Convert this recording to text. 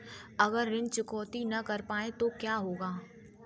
अगर ऋण चुकौती न कर पाए तो क्या होगा?